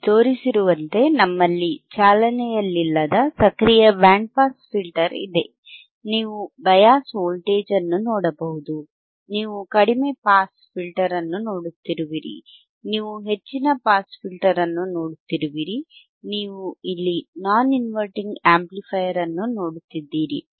ಇಲ್ಲಿ ತೋರಿಸಿರುವಂತೆ ನಮ್ಮಲ್ಲಿ ಚಾಲನೆಯಲ್ಲಿಲ್ಲದ ಸಕ್ರಿಯ ಬ್ಯಾಂಡ್ ಪಾಸ್ ಫಿಲ್ಟರ್ ಇದೆ ನೀವು ಬಯಾಸ್ ವೋಲ್ಟೇಜ್ ಅನ್ನು ನೋಡಬಹುದು ನೀವು ಕಡಿಮೆ ಪಾಸ್ ಫಿಲ್ಟರ್ ಅನ್ನು ನೋಡುತ್ತಿರುವಿರಿ ನೀವು ಹೆಚ್ಚಿನ ಪಾಸ್ ಫಿಲ್ಟರ್ ಅನ್ನು ನೋಡುತ್ತಿರುವಿರಿ ನೀವು ಇಲ್ಲಿ ನಾನ್ ಇನ್ವರ್ಟಿಂಗ್ ಆಂಪ್ಲಿಫೈಯರ್ ಅನ್ನು ನೋಡುತ್ತಿದ್ದೀರಿ